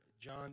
John